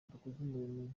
dukuzumuremyi